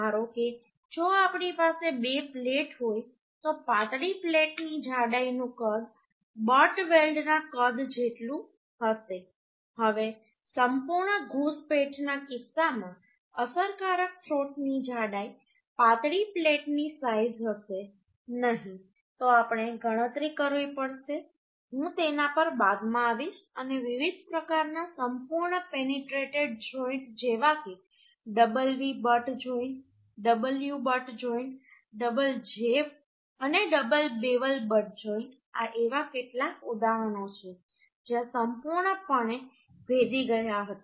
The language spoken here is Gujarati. ધારો કે જો આપણી પાસે બે પ્લેટ હોય તો પાતળી પ્લેટની જાડાઈનું કદ બટ વેલ્ડના કદ જેટલું હશે હવે સંપૂર્ણ ઘૂંસપેંઠના કિસ્સામાં અસરકારક થ્રોટની જાડાઈ પાતળી પ્લેટની સાઈઝ હશે નહીં તો આપણે ગણતરી કરવી પડશે હું તેના પર બાદમાં આવીશ અને વિવિધ પ્રકારના સંપૂર્ણ પેનિટ્રેટેડ જોઈન્ટ જેવા કે double V butt joint double U butt joint double J અને ડબલ બેવલ બટ જોઈન્ટ આ એવા કેટલાક ઉદાહરણો છે જ્યાં સંપૂર્ણપણે ભેદી ગયા હતા